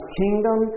kingdom